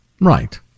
Right